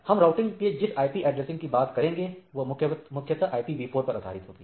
हम राउटिंग में जिस ip addressing की बात करेंगे वह मुख्यतः ipv4 पर आधारित होगी